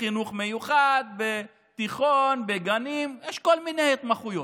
בחינוך מיוחד, בתיכון, בגנים יש כל מיני התמחויות.